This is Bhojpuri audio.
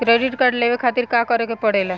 क्रेडिट कार्ड लेवे के खातिर का करेके पड़ेला?